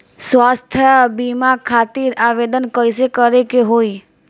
स्वास्थ्य बीमा खातिर आवेदन कइसे करे के होई?